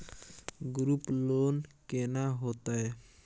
Group loan केना होतै?